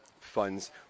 funds